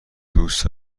دوست